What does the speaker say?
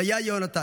זה היה יהונתן.